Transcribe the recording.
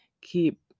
keep